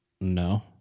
No